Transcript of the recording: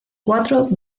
cuatro